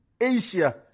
Asia